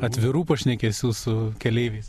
atvirų pašnekesių su keleiviais